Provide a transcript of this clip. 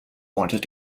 wanted